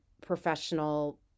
professional